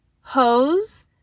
hose